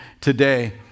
today